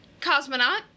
cosmonaut